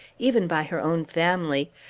even by her own family,